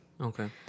Okay